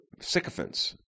sycophants